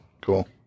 cool